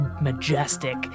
majestic